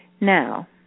now